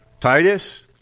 Titus